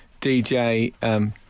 DJ